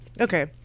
Okay